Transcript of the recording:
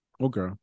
Okay